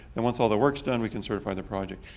and once all the work's done, we can certify the project.